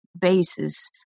bases